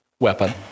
Weapon